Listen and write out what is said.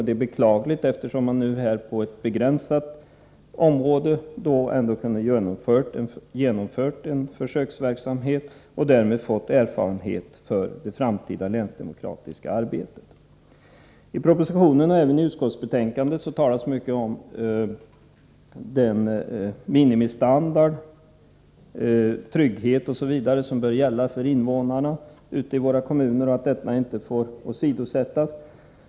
Det är beklagligt, eftersom man på ett begränsat område ändå kunde ha genomfört en försöksverksamhet och därmed fått erfarenhet för det framtida länsdemokratiska arbetet. I propositionen, och även i utskottsbetänkandet, talas det mycket om den minimistandard, trygghet osv. som bör gälla för invånarna i våra kommuner och om att detta inte får åsidosättas.